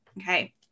okay